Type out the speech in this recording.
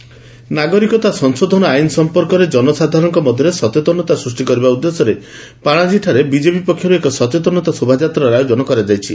BJP CAA ନାଗରିକତା ସଂଶୋଧନ ଆଇନ ସଂପର୍କରେ ଜନସାଧାରଣଙ୍କ ମଧ୍ୟରେ ସଚେତନତା ସୃଷ୍ଟି କରିବା ଉଦ୍ଦେଶ୍ୟରେ ପାଣାଜୀଠାରେ ବିଜେପି ପକ୍ଷର୍ ଏକ ସଚେତନତା ଶୋଭାଯାତ୍ରାର ଆୟୋଜନ କରାଯାଇଛି